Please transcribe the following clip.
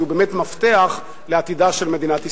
כי הוא באמת מפתח לעתידה של מדינת ישראל.